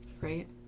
Right